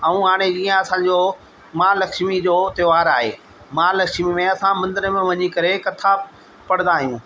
ऐं हाणे ईअं असांजो महलक्ष्मी जो त्योहारु आहे महलक्ष्मी में असां मंदर में वञी करे कथा पढ़ंदा आहियूं